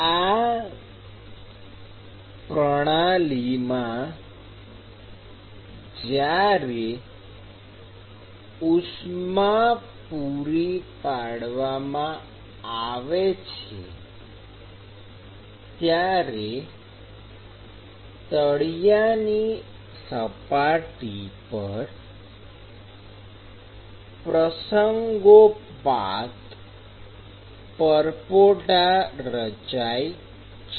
આ પ્રણાલી માં જ્યારે ઉષ્મા પૂરી પાડવામાં આવે છે ત્યારે તળિયાની સપાટી પર પ્રસંગોપાત પરપોટા રચાય છે